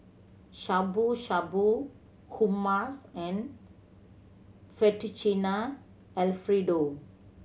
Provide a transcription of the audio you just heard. Shabu Shabu Hummus and Fettuccine Alfredo